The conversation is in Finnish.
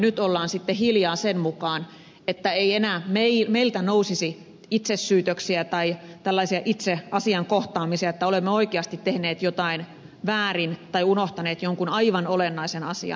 nyt ollaan sitten hiljaa sen mukaan että ei enää meiltä nousisi itsesyytöksiä tai tällaisia itse asian kohtaamisia että olemme oikeasti tehneet jotain väärin tai unohtaneet jonkun aivan olennaisen asian